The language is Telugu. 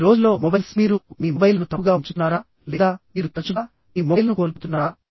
ఈ రోజుల్లో మొబైల్స్ మీరు మీ మొబైల్లను తప్పుగా ఉంచుతున్నారా లేదా మీరు తరచుగా మీ మొబైల్ను కోల్పోతున్నారా